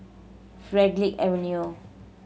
Avenue